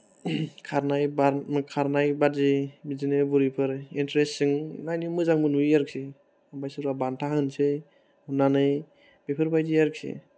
खारनाय बारनाय खारनाय बादि बिदिनो बुरैफोर इनत्रेस्तिं नायनो मोजांबो नुयो आरोखि ओमफ्राय सोरा बान्था होनोसै अन्नानै बेफोरबायदि आरोखि